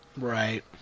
Right